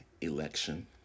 election